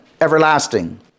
everlasting